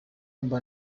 mba